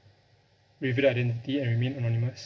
reveal their identity and remain anonymous